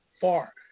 far